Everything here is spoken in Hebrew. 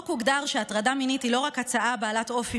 בחוק הוגדר שהטרדה מינית היא לא רק הצעה בעלת אופי